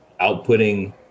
outputting